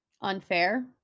unfair